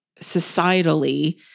societally